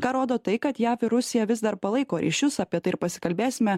ką rodo tai kad jav ir rusija vis dar palaiko ryšius apie tai ir pasikalbėsime